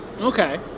Okay